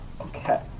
Okay